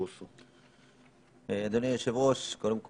אדוני היושב-ראש, קודם כול,